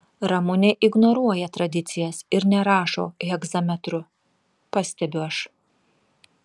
ramunė ignoruoja tradicijas ir nerašo hegzametru pastebiu aš